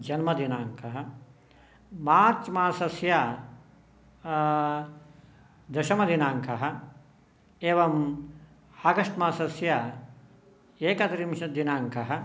जन्मदिनाङ्कः मार्च् मासस्य दशमदिनाङ्कः एवम् आगष्ट् मासस्य एकत्रिंशत्दिनाङ्कः